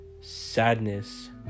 sadness